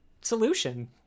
solution